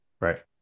right